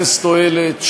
אפס תועלת,